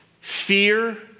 fear